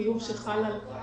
לעומת החיוב שחל על מלכ"ר,